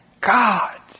God